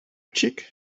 cheek